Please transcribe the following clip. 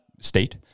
state